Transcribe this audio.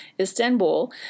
Istanbul